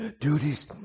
duties